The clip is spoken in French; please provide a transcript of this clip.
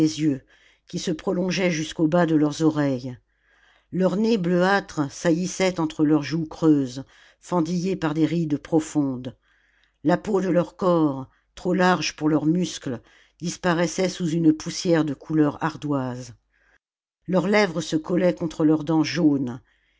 qui se prolongeait jusqu'au bas de leurs oreilles leurs nez bleuâtres saillissaient entre leurs joues creuses fendillées par des rides profondes la peau de leur corps trop large pour leurs muscles disparaissait sous une poussière de couleur ardoise leurs lèvres se collaient contre leurs dents jaunes